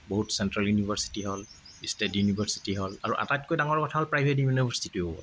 বহুত central university হ'ল state university হ'ল আৰু আটাইতকৈ ডাঙৰ কথা হ'ল প্ৰাইভট ইউনিভাৰ্চিটিও হ'ল